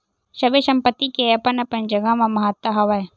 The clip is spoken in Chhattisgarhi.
सबे संपत्ति के अपन अपन जघा म महत्ता हवय